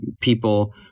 people